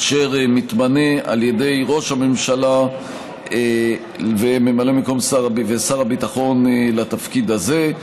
אשר מתמנה על ידי ראש הממשלה וממלא מקום שר הביטחון לתפקיד הזה.